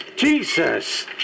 Jesus